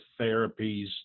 therapies